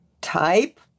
type